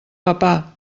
papà